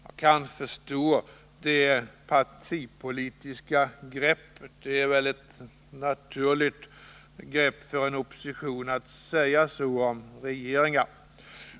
Jag kan förstå det partipolitiska greppet. Det är väl ett naturligt grepp för en opposition att säga så om regeringar.